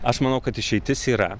aš manau kad išeitis yra